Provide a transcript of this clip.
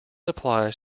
applies